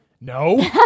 No